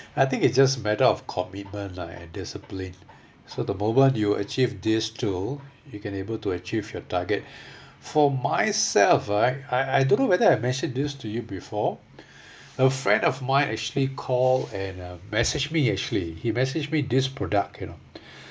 I think it's just a matter of commitment lah and discipline so the moment you achieve this two you can able to achieve your target for myself right I I I don't know whether I mention this to you before a friend of mine actually call and uh message me actually he message me this product you know